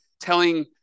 telling